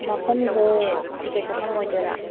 ꯃꯐꯝꯖꯦ ticket ꯀꯛꯐꯝ ꯑꯣꯏꯗꯣꯏꯔꯥ